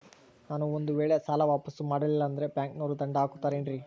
ನಾನು ಒಂದು ವೇಳೆ ಸಾಲ ವಾಪಾಸ್ಸು ಮಾಡಲಿಲ್ಲಂದ್ರೆ ಬ್ಯಾಂಕನೋರು ದಂಡ ಹಾಕತ್ತಾರೇನ್ರಿ?